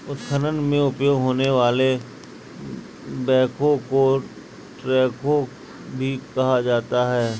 उत्खनन में उपयोग होने वाले बैकहो को ट्रैकहो भी कहा जाता है